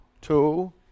Two